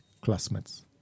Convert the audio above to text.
classmates